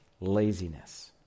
laziness